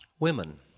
Women